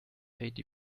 eighty